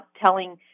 telling